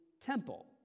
temple